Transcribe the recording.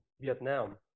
Vietnam